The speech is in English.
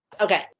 Okay